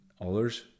others